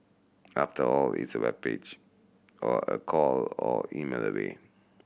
after all it's a web page or a call or email away